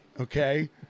Okay